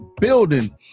building